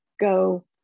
go